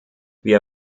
wir